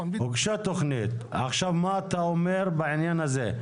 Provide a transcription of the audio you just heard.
הוגשה תכנית ועכשיו מה אתה אומר בעניין הזה?